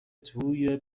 توی